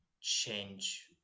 change